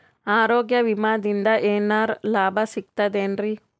ಆರೋಗ್ಯ ವಿಮಾದಿಂದ ಏನರ್ ಲಾಭ ಸಿಗತದೇನ್ರಿ?